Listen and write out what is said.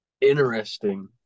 interesting